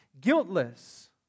guiltless